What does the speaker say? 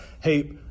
hey